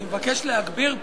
אני מבקש להגביר פה,